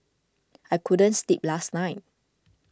I couldn't sleep last night